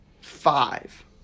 Five